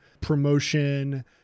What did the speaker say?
promotion